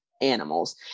animals